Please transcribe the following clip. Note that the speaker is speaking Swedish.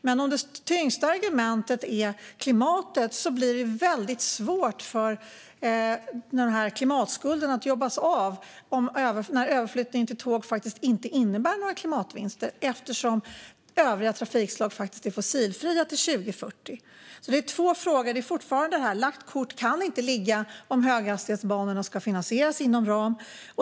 Men om det tyngsta argumentet är klimatet blir det väldigt svårt att jobba av klimatskulden när överflyttningen till tåg inte innebär några klimatvinster eftersom övriga trafikslag är fossilfria till 2040. Det är två frågor. Den första är fortfarande: Lagt kort kan inte ligga om höghastighetsbanorna ska finansieras inom ram.